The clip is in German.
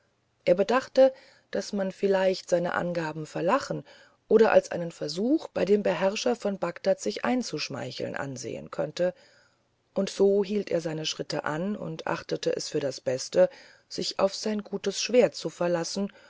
er bedachte daß man vielleicht seine angabe verlachen oder als einen versuch bei dem beherrscher von bagdad sich einzuschmeicheln ansehen könnte und so hielt er seine schritte an und achtete es für das beste sich auf sein gutes schwert zu verlassen